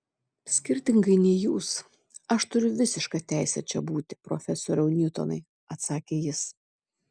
skirtingai nei jūs aš turiu visišką teisę čia būti profesoriau niutonai atsakė jis